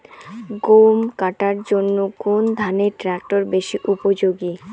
গম কাটার জন্য কোন ধরণের ট্রাক্টর বেশি উপযোগী?